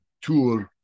tool